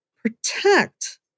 protect